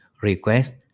request